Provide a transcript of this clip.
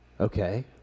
Okay